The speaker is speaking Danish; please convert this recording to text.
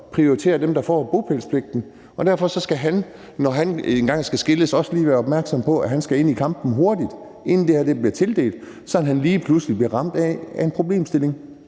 til at prioritere dem, der får bopælspligten. Derfor skal han, når han engang skal skilles, også lige være opmærksom på, at han skal ind i kampen hurtigt, inden det her bliver tildelt, sådan at han ikke lige pludselig bliver ramt af en problemstilling,